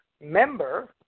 member